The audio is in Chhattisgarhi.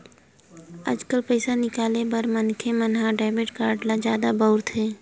आजकाल पइसा ल निकाले बर मनखे मन ह डेबिट कारड ल जादा बउरथे